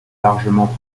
largement